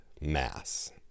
mass